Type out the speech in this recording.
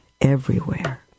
everywhere